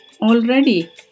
already